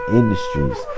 industries